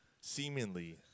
Seemingly